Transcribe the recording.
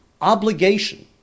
obligation